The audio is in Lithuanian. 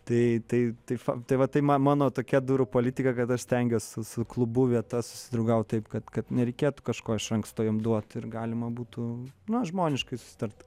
tai tai taip va tai va tai man mano tokia durų politika kad aš stengiuosi su su klubu vieta susidraugaut taip kad kad nereikėtų kažko iš anksto jiem duot ir galima būtų na žmoniškai susitart